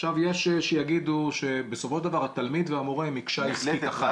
עכשיו יש שיגידו שבסופו של דבר התלמיד והמורה הם מקשה עסקית אחת.